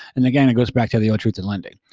and again, it goes back to the old truth-in-lending.